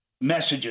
messages